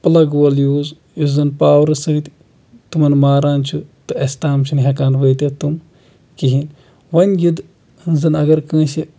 plug wall use یُس زَن پاورٕ سۭتۍ تِمَن ماران چھُ تہٕ اَسہِ تام چھِنہٕ ہٮ۪کان وٲتِتھ تِم کِہیٖنۍ وَنۍ یدٕ زَن اگر کٲنٛسہِ